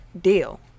deal